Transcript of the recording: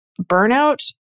burnout